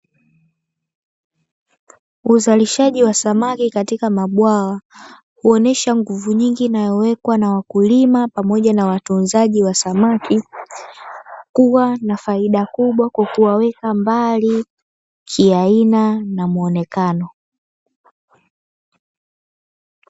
Uzalishaji wa samaki katika mabwawa huonesha nguvu nyingi inayowekwa na wakulima pamoja na watunzaji wa samaki uwa na faida kubwa kwa kuwaweka mbali kiaina na muonekano.